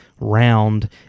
round